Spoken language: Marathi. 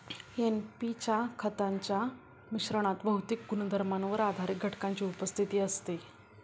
एन.पी च्या खतांच्या मिश्रणात भौतिक गुणधर्मांवर आधारित घटकांची उपस्थिती असते